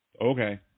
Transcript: okay